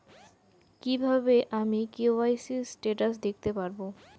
কিভাবে আমি KYC status দেখতে পারবো?